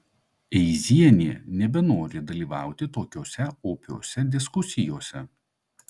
eizienė nebenori dalyvauti tokiose opiose diskusijose